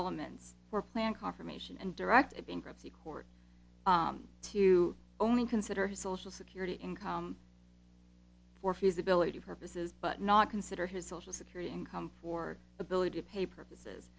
elements for plan confirmation and direct a bankruptcy court to only consider his social security income for feasibility purposes but not consider his social security income for ability to pay purposes